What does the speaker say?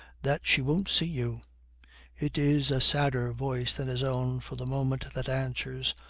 that she won't see you it is a sadder voice than his own for the moment that answers,